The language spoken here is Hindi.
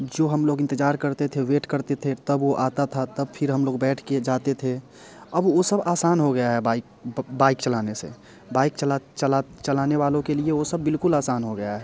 जो हम लोग इंतज़ार करते थे वेट करते थे तब वो आते थे तब फिर हम लोग बैठ कर जाते थे अब वो सब आसन हो गया है बाइक बाइक चलाने से बाइक चलाने वालों के लिए वो सब बिल्कुल आसान हो गया है